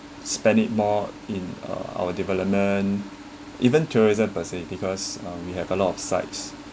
spend it more in uh our development even tourism per se because um we have a lot of sites